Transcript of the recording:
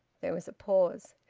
there was a pause.